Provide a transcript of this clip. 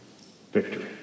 Victory